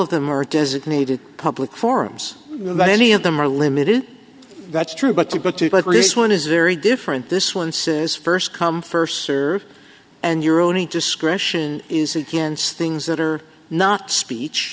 of them are designated public forums about any of them are limited that's true but to go to but really this one is very different this one says first come first serve and your only discretion is against things that are not speech